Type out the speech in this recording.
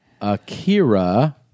Akira